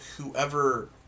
whoever